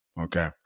Okay